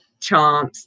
chomps